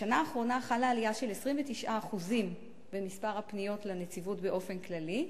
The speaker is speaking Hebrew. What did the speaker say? בשנה האחרונה חלה עלייה של 29% במספר הפניות לנציבות באופן כללי,